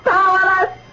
Powerless